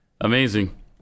Amazing